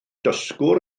dysgwr